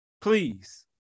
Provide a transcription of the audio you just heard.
Please